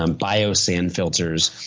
um bio sand filters.